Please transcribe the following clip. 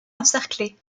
encerclé